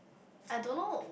I don't know